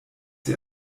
sie